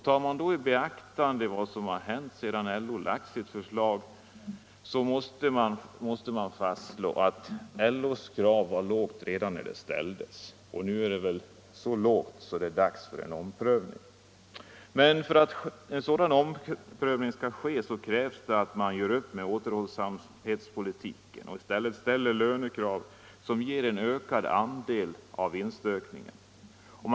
Tar man då i beaktande vad som hänt sedan LO lagt sitt förslag måste man fastslå att LO:s krav var lågt redan när det ställdes. Nu är det så lågt att det är dags för en omprövning. För att en sådan omprövning skall ske krävs att man gör upp med återhållsamhetspolitiken och i stället för fram lönekrav som ger en ökad andel av vinstökningarna.